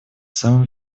самым